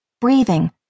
breathing